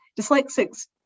dyslexics